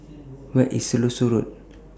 Where IS Siloso Road